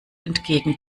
entgegen